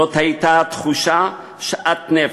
זאת הייתה תחושת שאט נפש.